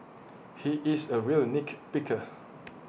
he is A real nick picker